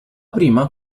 prima